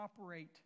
operate